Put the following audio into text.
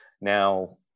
Now